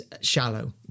shallow